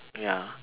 ya